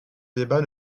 débat